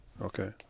Okay